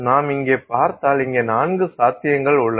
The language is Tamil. நாம் இங்கே பார்த்தால் இங்கே நான்கு சாத்தியங்கள் உள்ளன